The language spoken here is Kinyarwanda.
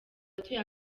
abatuye